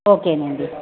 ఓకేనండి